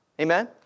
Amen